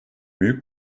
büyük